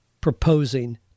proposing